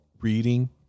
reading